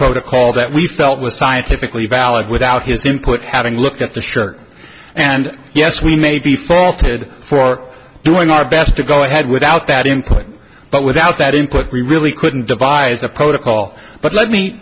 protocol that we felt was scientifically valid without his input having looked at the shirt and yes we may be faulted for doing our best to go ahead without that input but without that input we really couldn't devise a protocol but let me